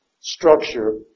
structure